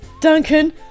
Duncan